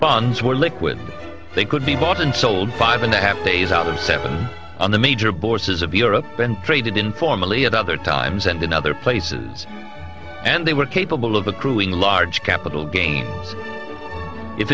bonds were liquid they could be bought and sold five and a half days out of seven on the major bourses of europe been traded informally at other times and in other places and they were capable of accruing large capital gains if